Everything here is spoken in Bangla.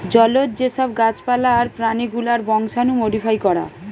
জলজ যে সব গাছ পালা আর প্রাণী গুলার বংশাণু মোডিফাই করা